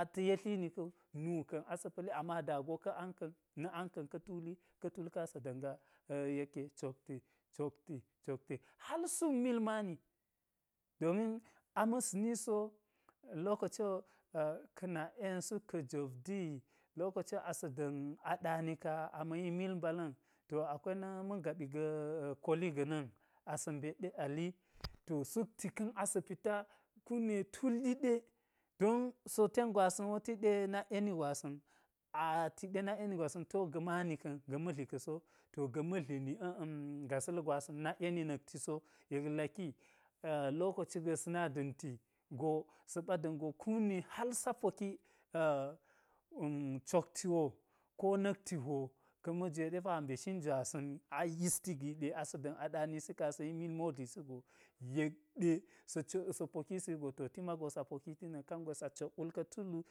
Ata̱ yetlini ka̱wu nuka̱n asa pa̱li ama da ka̱ ang ka̱n na̱ ana ka̱n ka̱ tuk ka̱n asa̱ da̱nga yekke-cokci cokci cokci hal sukmil mani domin a ma̱sni so lokoci wo ka̱ nak'en suk ka̱ jopdi lokoci wo asa̱ da̱ma ɗani ka̱, ama̱ yi mil mɓala̱n to akwai na mangaɓiga̱ koli ga̱na̱n asa̱ mbet ɗe ali, to sukti ka̱n a̱sa̱ pita-kune tul wi ɗe don siwo ten gwasa̱nwo tik ɗe nak'eni gwasa̱n a-tik ɗe nak'eni gwasa̱n tiwoga̱ mani ka̱n ga̱ madli ka̱so, to, ga̱ madlii ni a̱-a̱-gasa̱l gwasa̱n nak'eni na̱ktiso yek laki a̱-lokoci gwe sa̱ na da̱nti go sa̱ ɓa damgo hal sa poki a̱ cokci wo ko na̱kti hwo ka majwe ɗe pa a mbe shin jwasa̱n ayisti gi ɗe asa̱ da̱m ada̱anisi ka asa̱ yi mil modlisi go, yek-ɗe sa̱ co sa̱ pokisi wugo to timago sa pokiti na̱k kangwe sa cok will ka̱ tul wu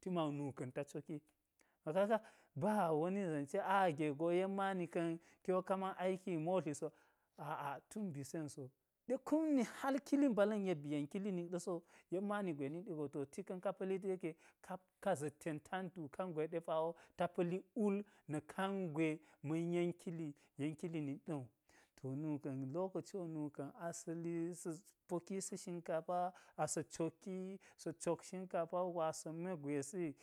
ti mawu nuka̱n ta coki to kaga-ba wani sance a-ge go yen manika̱n, kiwo ka man aiki modliso, aa tun bi sen so, ɗe kum ne hal kili mbala̱n yek ba̱ yen kili nik ɗa̱ sowu, yen mani gwe nik ɗa̱ go to ti ka̱n ka pa̱lit yeƙe, ka za̱t ten tantu kangwe ɗe pawo ta pa̱lik wul na̱k kangwe ma̱n yen kili, yen kili nit ɗa̱wu, to nuka̱n lokaci wo, nuka̱n asa̱ li sa̱ pokisi shin kafa asa̱ coki, sa̱ cok shinkafa wugo asa mwe gwesi.